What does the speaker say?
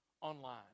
online